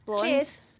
Cheers